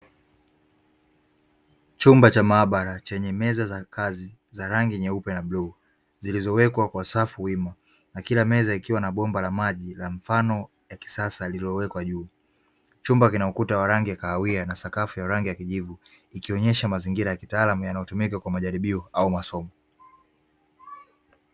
Chumba cha maabara chenye meza za kazi za rangi nyeupe na bluu, zilizowekwa kwa safu wima na kila meza ikiwa na bomba la maji la mfano wa kisasa iliyowekwa juu. Chumba kina ukuta wa rangi kahawia na sakafu ya rangi ya kijivu, ikionyesha mazingira ya kitaalamu yanayotumika kwa majaribio au masomo.